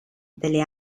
delle